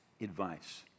advice